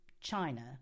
China